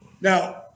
Now